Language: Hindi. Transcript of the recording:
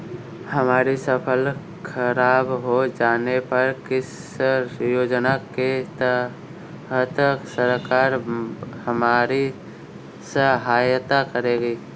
हमारी फसल खराब हो जाने पर किस योजना के तहत सरकार हमारी सहायता करेगी?